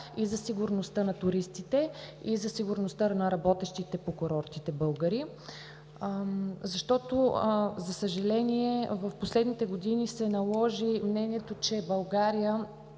за сигурността на туристите и за сигурността на работещите по курортите българи. За съжаление, в последните години, се наложи мнението, че България